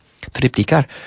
Triplicar